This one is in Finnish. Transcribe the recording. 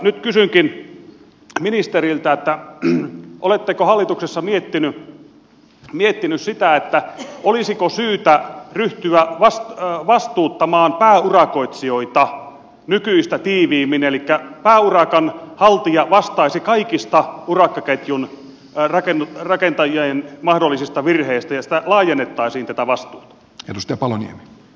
nyt kysynkin ministeriltä oletteko hallituksessa miettinyt sitä olisiko syytä ryhtyä vastuuttamaan pääurakoitsijoita nykyistä tiiviimmin elikkä pääurakan haltija vastaisi kaikista urakkaketjun rakentajien mahdollisista virheistä ja tätä vastuuta laajennettaisiin